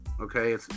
okay